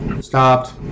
stopped